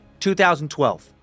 2012